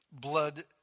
blood